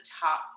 top